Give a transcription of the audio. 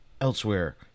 Elsewhere